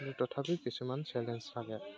তথাপিও কিছুমান চেলেঞ্জ থাকে